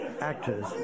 actors